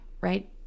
right